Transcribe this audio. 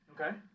Okay